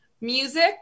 music